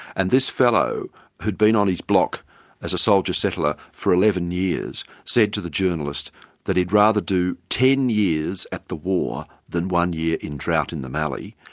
and this fellow who had been on his block as a soldier settler for eleven years, said to the journalist that he'd rather do ten years at the war than one year in drought in the mallee.